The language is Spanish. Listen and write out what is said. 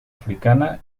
africana